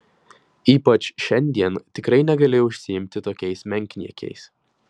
ypač šiandien tikrai negali užsiimti tokiais menkniekiais